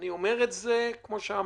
אני אומר את זה, כמו שאמרתי,